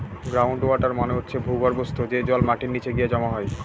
ground water মানে হচ্ছে ভূর্গভস্ত, যে জল মাটির নিচে গিয়ে জমা হয়